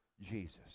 Jesus